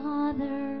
Father